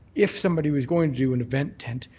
if somebody was going to do an event tent,